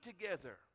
together